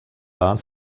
bahn